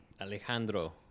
Alejandro